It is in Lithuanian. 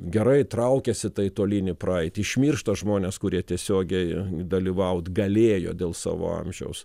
gerai traukiasi tai tolyn į praeitį išmiršta žmonės kurie tiesiogiai dalyvaut galėjo dėl savo amžiaus